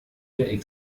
der